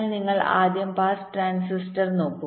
അതിനാൽ നിങ്ങൾ ആദ്യം പാസ് ട്രാൻസിസ്റ്റർpass transistor